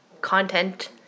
content